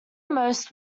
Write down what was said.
most